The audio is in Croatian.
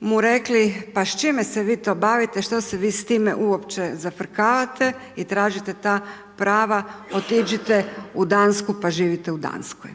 mu rekli pa s čime se vi to bavite šta se vi s time uopće zafrkavate i tražite ta prava otiđite u Dansku pa živite u Danskoj.